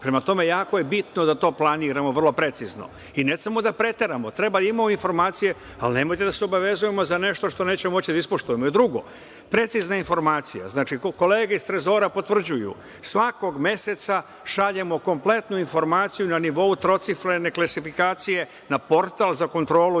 Prema tome, jako je bitno da to planiramo vrlo precizno i ne smemo da preteramo. Treba da imamo informacije, ali nemojte da se obavezujemo za nešto što nećemo moći da ispoštujemo. Drugo, precizna informacija, znači kolege iz Trezora potvrđuju, svakog meseca šaljemo kompletnu informaciju na nivou trocifrene klasifikacije na Portal za kontrolu